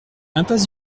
impasse